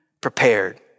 prepared